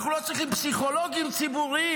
אנחנו לא צריכים פסיכולוגים ציבוריים?